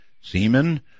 semen